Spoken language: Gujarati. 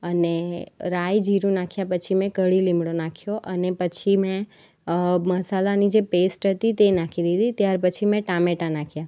અને રાઈ જીરું નાખ્યા પછી મેં કળી લીંબળો નાખ્યો અને પછી મેં મસાલાની જે પેસ્ટ હતી તે નાખી દીધી ત્યારપછી મેં ટામેટા નાખ્યા